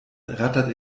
rattert